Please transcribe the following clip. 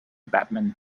batman